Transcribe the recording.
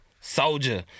Soldier